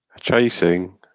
Chasing